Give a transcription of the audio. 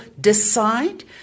decide